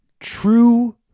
true